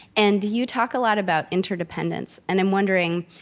and you talk a lot about interdependence. and i'm wondering,